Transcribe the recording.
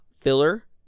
filler